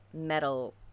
metal